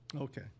Okay